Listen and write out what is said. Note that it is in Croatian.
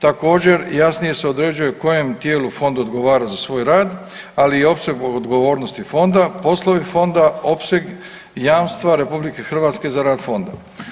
Također jasnije se određuje kojem tijelu fond odgovora za svoj rad, ali i opsegu odgovornosti fonda, poslovi fonda, opseg i jamstva RH za rad fonda.